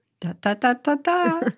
da-da-da-da-da